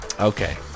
Okay